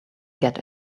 get